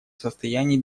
состоянии